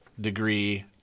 degree